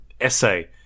essay